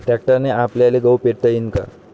ट्रॅक्टरने आपल्याले गहू पेरता येईन का?